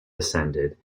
ascended